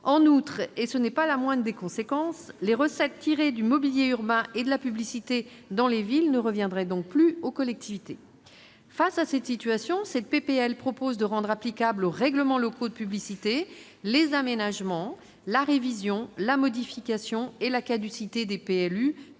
En outre, et ce n'est pas la moindre des conséquences, les recettes tirées du mobilier urbain et de la publicité dans les villes ne reviendraient plus aux collectivités. Face à cette situation, la proposition de loi vise à rendre applicables aux RLP les aménagements, la révision, la modification et la caducité des PLU par